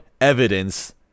evidence